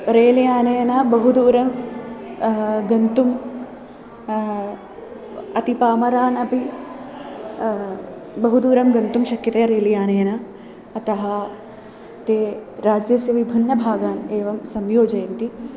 रेल्यानेन बहु दूरं गन्तुम् अतिपामरान् अपि बहु दूरं गन्तुं शक्यते रेल्यानेन अतः ते राज्यस्य विभिन्नभागान् एवं संयोजयन्ति